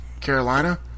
Carolina